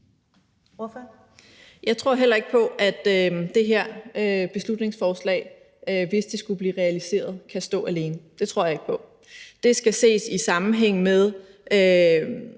Jeg tror heller ikke på, at det her beslutningsforslag, hvis det skulle blive realiseret, kan stå alene. Det tror jeg ikke på. Det skal ses i sammenhæng med